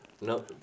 No